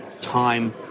time